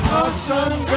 awesome